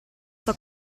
sua